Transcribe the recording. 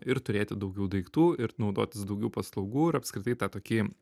ir turėti daugiau daiktų ir naudotis daugiau paslaugų ir apskritai tą tokį